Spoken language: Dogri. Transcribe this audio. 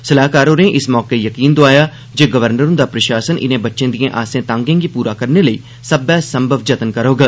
सलाह्कार होरें इस मौके यकीन दोआया जे गवर्नर हुंदा प्रशासन इनें बच्चें दिएं आसें तांगें गी पूरा करने लेई हर संभव जतन करोग